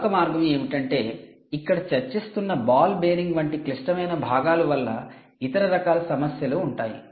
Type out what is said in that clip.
మరొక మార్గం ఏమిటంటే ఇక్కడ చర్చిస్తున్న బాల్ బేరింగ్ వంటి క్లిష్టమైన భాగాలు వల్ల ఇతర రకాల సమస్యలు ఉంటాయి